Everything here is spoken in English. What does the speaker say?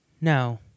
No